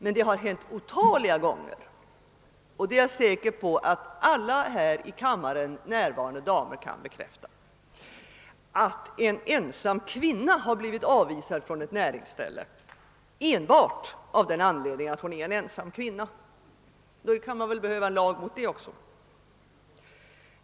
Men det har hänt otaliga gånger, det är jag säker på att alla här i kammaren närvarande damer kan bekräfta, att en ensam kvinna har blivit avvisad från ett näringsställe enbart av den anledningen att hon är en ensam kvinna — då kan man väl behöva en lag mot sådan behandling också.